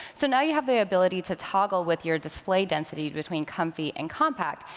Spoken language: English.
so now you have the ability to toggle with your display density between comfy and compact.